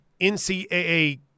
NCAA